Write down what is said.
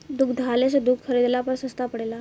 दुग्धालय से दूध खरीदला पर सस्ता पड़ेला?